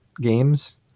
games